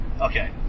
Okay